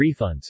refunds